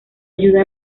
ayuda